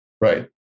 Right